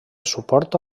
suporta